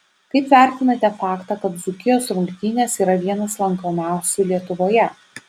kaip vertinate faktą kad dzūkijos rungtynės yra vienas lankomiausių lietuvoje